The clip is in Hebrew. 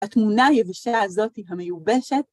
התמונה היבשה הזאת, המיובשת,